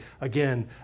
Again